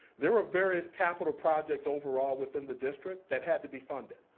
there were various capital projects overall within the district that had to be funded.